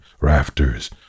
rafters